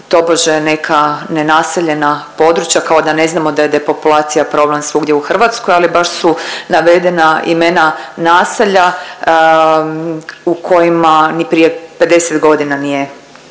tobože neka nenaseljena područja kao da ne znamo da je depopulacija problem svugdje u Hrvatskoj, ali baš su navedena imena naselja u kojima ni prije 50.g. nije